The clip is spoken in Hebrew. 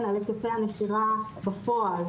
ומתעדכן, על היקפי הנשירה בפועל,